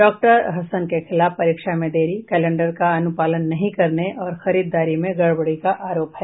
doctor Ahsan के खिलाफ परीक्षा में देरी कैलेंडर का अनुपालन नहीं करने और खरीददारी में गड़बड़ी का आरोप है